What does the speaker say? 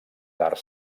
d’art